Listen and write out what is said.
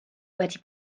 wedi